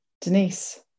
Denise